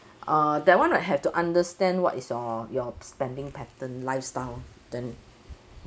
err that [one] would have to understand what is your your spending pattern lifestyle then